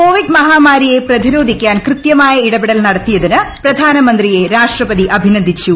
Covid മഹാമാരിയെ പ്രതിരോധിക്കാൻ കൃതൃ ഇടപെടൽ നടത്തിയതിന് പ്രധാനമന്ത്രിയെ മായ രാഷ്ട്രപതി അഭിനന്ദിച്ചു